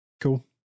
Cool